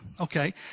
Okay